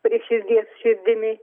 prie širdies širdimi